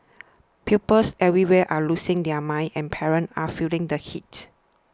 pupils everywhere are losing their minds and parents are feeling the heat